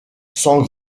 sans